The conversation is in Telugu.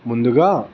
ముందుగా